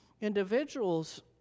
individuals